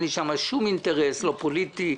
אין לי שם שום אינטרס פוליטי,